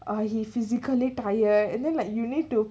uh he physically tired and then like you need to